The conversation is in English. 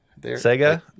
Sega